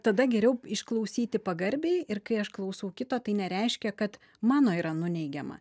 tada geriau išklausyti pagarbiai ir kai aš klausau kito tai nereiškia kad mano yra nuneigiama